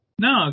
No